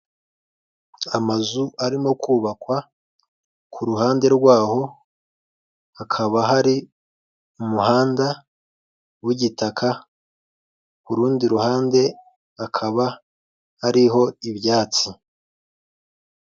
Amazu arimo kubakwa ku ruhande rwaho, hakaba hari umuhanda w'igitaka, ku rundi ruhande hakaba hariho ibyatsi.